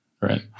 Right